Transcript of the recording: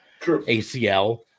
ACL